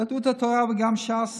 יהדות התורה וגם ש"ס